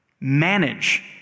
Manage